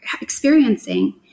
experiencing